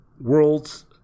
world's